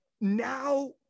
now